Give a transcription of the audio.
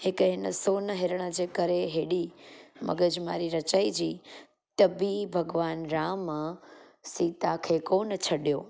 हिकु हिन सोन हिरण जे करे हेॾी मॻज मारी रचाइजी त बि भॻवानु राम सीता खे कोन्ह छॾियो